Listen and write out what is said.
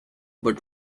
but